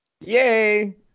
Yay